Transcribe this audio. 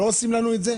לא עושים לנו את זה?